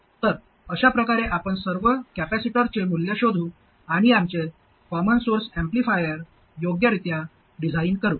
तर अशाप्रकारे आपण सर्व कॅपेसिटरचे मूल्य शोधू आणि आमचे कॉमन सोर्स ऍम्प्लिफायर योग्यरित्या डिझाइन करू